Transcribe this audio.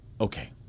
Okay